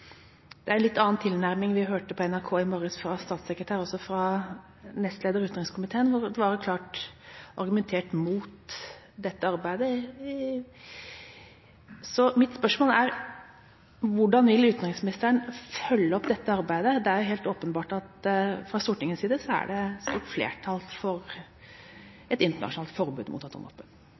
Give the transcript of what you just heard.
Det var en litt annen tilnærming vi hørte fra statssekretæren og fra nestleder i utenriks- og forsvarskomiteen på NRK i morges, da det klart ble argumentert mot dette arbeidet. Så mitt spørsmål er: Hvordan vil utenriksministeren følge opp dette arbeidet? Det er helt åpenbart at det fra Stortingets side er et stort flertall for et internasjonalt forbud mot